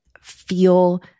feel